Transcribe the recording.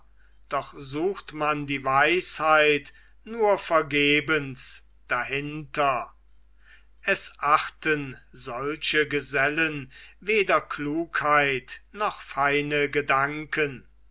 doch sucht man die weisheit nur vergebens dahinter es achten solche gesellen weder klugheit noch feine gedanken